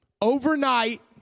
Overnight